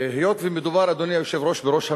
והיות שמדובר, אדוני היושב-ראש, בראש הממשלה,